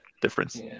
difference